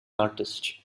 artist